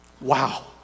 Wow